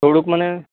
થોડુંક મને